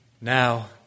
Now